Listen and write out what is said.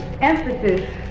emphasis